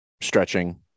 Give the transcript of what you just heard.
stretching